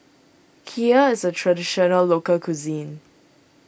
Kheer is a Traditional Local Cuisine